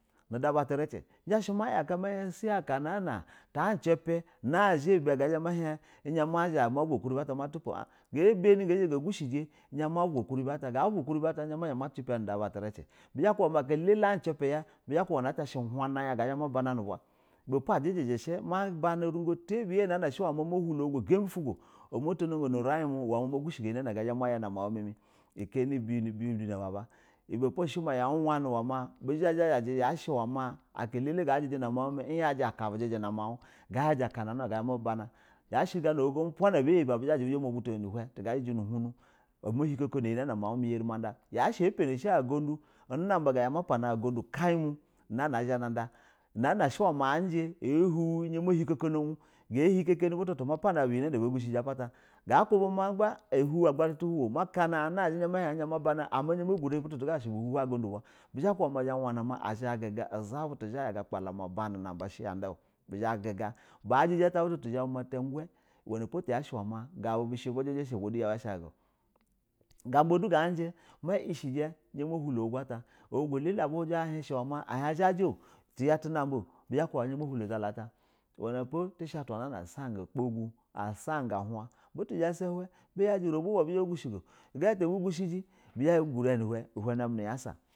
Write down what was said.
Nuda butracɛ izhashɛ maya ma samɛ na aka na a a ncɛpɛ na zhɛ ga zha ma hin izhɛ mazha ma bawa ukuribɛ ata na zhɛ ma jipa zha ma ncɛpɛ nuda ba tricɛ aka elele a nelɛpɛ bizha ba ku bama aka ɛlɛlɛ a cɛpɛ luhana ugamba ufu go ga zha ma bana nu ubwa ibɛpo ajiciɛ shɛ shɛ ma bana uningo tabiya ma hulo olugu ugambi ufu go matano jo nu urin mama gushɛ go iyɛ na ga zhɛ maya nu urin muu mimɛ kɛ kin nɛ bɛne ba ba ibɛ po ya wani ma ma uya jɛ ako numau mini maguga naba yaji akana ga zha ma bana yashɛ gona ojogo upa naba yabi bizha buma butano nu hun go jijɛ nu hunu ama hikoko na iyɛ na mau mɛ mɛ zha yada yashɛ apanɛ shɛ a ugundu izhɛ mapana ugundu ukai mi ga zha ma pana an nana a zhana da na na shɛ uwɛ ma aji a hwi izha ma hin kon un ga hin kani butu butu mo pane bu iyɛ na ba gushɛji a pata ga kubi ma gba a huw an gbarɛ tu huwowu ma kanana a ama izha ma bana ama wama ma gurɛ kashɛ butu butu buhuuɛ how ugudu uba bizha bu ku ba ma a kpala na ba zha butu ba elele shɛ ba bana hu zha guga ba jiji ata butu butu bizhɛ ma ta hgwɛ ko tas shɛ uwɛ ma gabu bighɛ bu jiji shɛ gabu yau du zhashɛ guga gmaba du ganji izha ma ishɛjɛ ma hulo ba pata aka alele abu huji ushɛ a hin zhajɛ o bɛ zha ba m aba ɛzhɛ ma hulo ba bata tishɛ a twa na an sanga kagu a sanga uhun butu zha ba sa uhɛ buya jɛ uroba a buzha ba gushɛ go uga ta bu sanji bizha ba gurɛ ya nu hun.